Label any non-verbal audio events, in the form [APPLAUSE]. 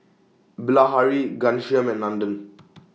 Bilahari Ghanshyam and Nandan [NOISE]